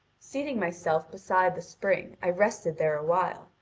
seating myself beside the spring i rested there awhile,